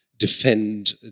defend